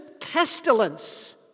pestilence